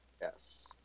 Yes